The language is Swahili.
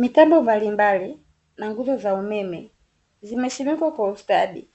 Mitambo mbalimbali na nguzo za umeme zimesimikwa kwa ustadi.